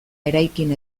eraikin